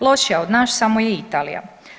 Lošija od nas samo je Italija.